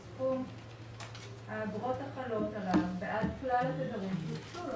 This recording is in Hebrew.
סכום האגרות החלות בעד כלל התדרים שהוקצו.